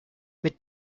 mit